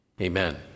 Amen